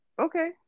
okay